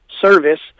service